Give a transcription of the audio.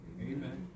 Amen